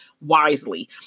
wisely